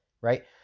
right